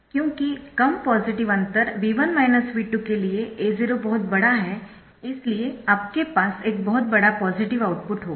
क्योंकि कम पॉजिटिव अंतर के लिए A0 बहुत बड़ा है इसलिए आपके पास एक बहुत बड़ा पॉजिटिव आउटपुट होगा